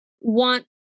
want